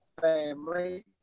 family